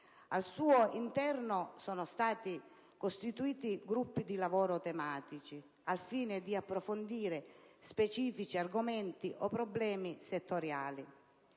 al suo interno sono stati costituiti gruppi di lavoro tematici al fine di approfondire specifici argomenti o problemi settoriali.